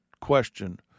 question